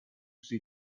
sie